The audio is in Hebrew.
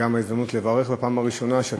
זו גם ההזדמנות לברך בפעם הראשונה שאת